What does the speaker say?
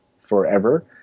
forever